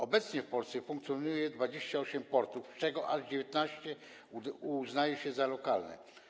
Obecnie w Polsce funkcjonuje 28 portów, z czego aż 19 uznaje się za lokalne.